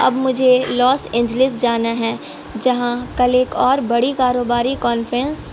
اب مجھے Los Angeles جانا ہے جہاں کلیک اور بڑی کاروباری کانفرینس